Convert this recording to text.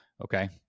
Okay